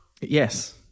Yes